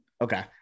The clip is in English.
Okay